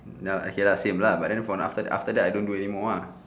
now okay lah same lah but then for after that after that I don't do anymore lah